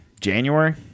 January